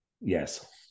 Yes